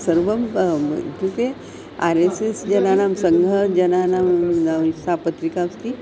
सर्वं इत्युक्ते R S S जनानां सङ्घजनानां सा पत्रिका अस्ति